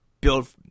build